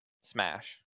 Smash